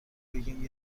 بگیم